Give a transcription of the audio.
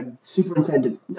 superintendent